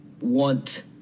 want